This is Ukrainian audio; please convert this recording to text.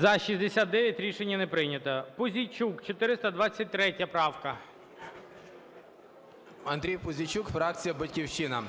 За-69 Рішення не прийнято. Пузійчук, 423 правка. 17:10:48 ПУЗІЙЧУК А.В. Андрій Пузійчук, фракція "Батьківщина".